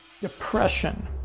Depression